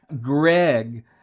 Greg